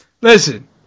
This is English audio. Listen